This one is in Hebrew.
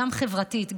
גם חברתית,